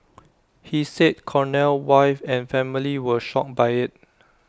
he said Cornell wife and family were shocked by IT